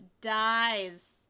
dies